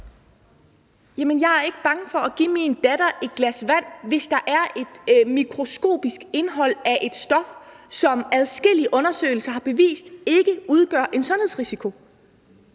Jeg er ikke bange for at give min datter et glas vand, hvis der er et mikroskopisk indhold af et stof, som adskillige undersøgelser har bevist ikke udgør en sundhedsrisiko.